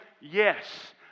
Yes